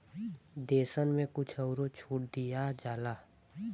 देसन मे कुछ अउरो छूट दिया जाला